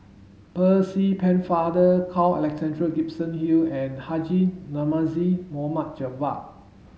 Percy Pennefather Carl Alexander Gibson Hill and Haji Namazie Javad